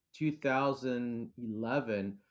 2011